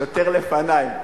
שוטר לפני.